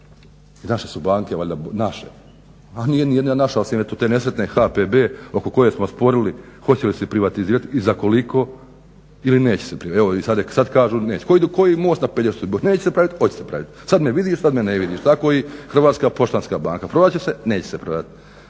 naše su banke valjda bolje, naše, a nije nijedna naša osim eto te nesretne HPB oko koje smo sporili hoće li se privatizirati i za koliko ili neće se privatizirati. Evo i sad kažu neće. Kao i most na Pelješcu, neće se praviti, hoće se praviti. Sad me vidiš, sad me ne vidiš. Tako i HPB prodat će se, neće se prodati.